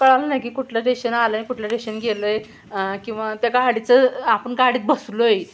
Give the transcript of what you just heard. कळलं नाही की कुठलं टेशन आलं आहे कुठलं टेशन गेलं आहे किंवा त्या गाडीचं आपण गाडीत बसलो आहे